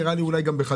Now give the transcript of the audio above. נראה לי גם בחדרה,